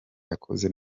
yakoze